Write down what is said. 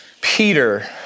Peter